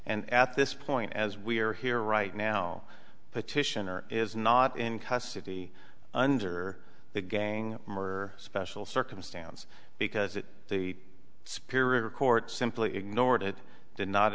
and at this point as we are here right now petitioner is not in custody under the gang more special circumstance because it the spirit of court simply ignored it did not